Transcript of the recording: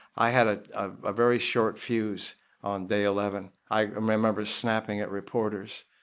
i had a ah ah very short fuse on day eleven. i um remember snapping at reporters.